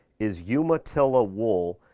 is yeah umatilla wool,